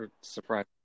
Surprise